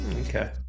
Okay